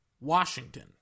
Washington